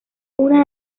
una